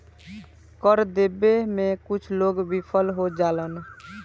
कर देबे में कुछ लोग विफल हो जालन